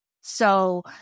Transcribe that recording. So-